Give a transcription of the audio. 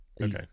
Okay